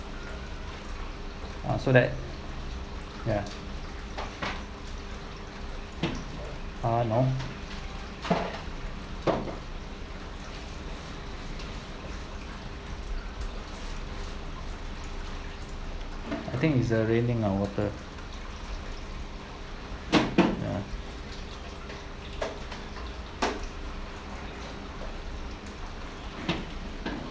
ah so that ya uh no I think is a ya